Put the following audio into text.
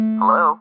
Hello